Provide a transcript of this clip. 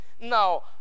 Now